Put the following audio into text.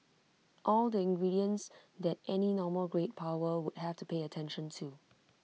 all the ingredients that any normal great power would have to pay attention to